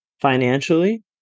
financially